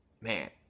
man